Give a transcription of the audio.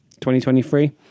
2023